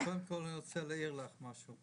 קודם כל אני רוצה להעיר לך משהו.